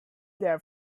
their